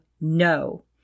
no